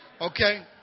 Okay